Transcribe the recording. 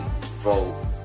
vote